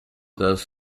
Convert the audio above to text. does